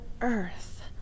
earth